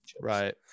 Right